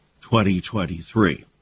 2023